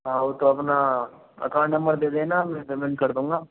और तो अपना अकाउंट नंबर दे देना मैं पेमेंट कर दूँगा